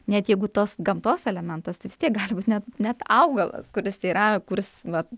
net jeigu tos gamtos elementas tai vis tiek gali būti net net augalas kuris tai yra kuris va